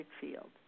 field